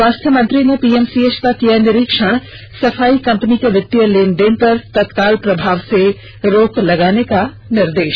स्वास्थ्य मंत्री ने पीएमसीएच का किय निरीक्षण सफाई कंपनी के वित्तीय लेन देन पर तत्काल प्रभाव से रोक लगाने का दिया निर्देष